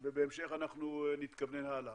ובהמשך אנחנו נתכוונן הלאה.